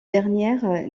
dernières